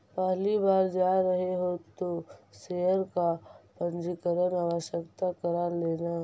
पहली बार जा रहे हो तो शेयर का पंजीकरण आवश्य करा लेना